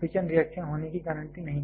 fission reaction होने की guarantee नहीं है